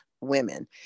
women